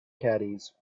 caddies